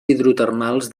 hidrotermals